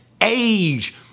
age